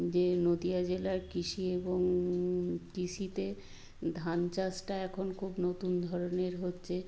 যে নদীয়া জেলার কৃষি এবং কৃষিতে ধান চাষটা এখন খুব নতুন ধরনের হচ্ছে